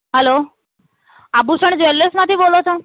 hello Abhushan જવેલર્સમાંથી બોલો છો